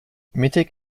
mittig